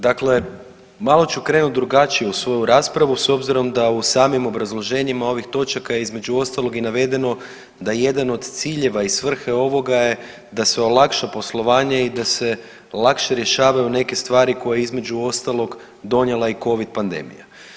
Dakle, malo ću krenuti drugačije u svoju raspravu s obzirom da u samim obrazloženjima ovih točaka je između ostalog i navedeno da je jedan od ciljeva i svrhe ovoga je da se olakša poslovanje i da se lakše rješavaju neke stvari koje je između ostalog donijela i covid pandemija.